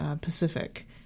Pacific